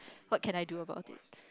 what can I do about it